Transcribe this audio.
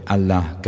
Allah